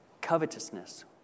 Covetousness